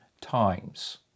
times